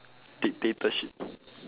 dictatorship